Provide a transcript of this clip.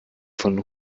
von